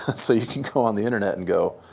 so you can go on the internet and go,